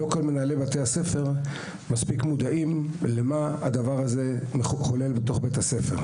לא כל מנהלי בתי הספר מספיק מודעים מה הדבר הזה מחולל בתוך בית הספר.